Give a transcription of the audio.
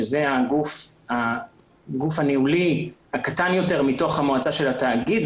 שזה הגוף הניהולי הקטן יותר מתוך המועצה של התאגיד.